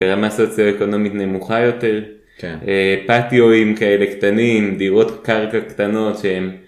רמה סוציו-אקונומית נמוכה יותר, פטיואים כאלה קטנים, דירות קרקע קטנות שהם...